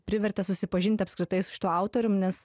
privertė susipažint apskritai su šituo autorium nes